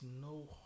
no